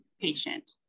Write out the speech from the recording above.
patient